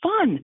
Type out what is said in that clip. fun